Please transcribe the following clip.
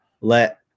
let